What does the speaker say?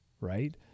right